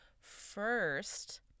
first